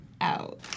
out